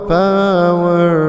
power